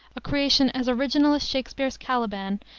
a creation as original as shakspere's caliban,